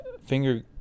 finger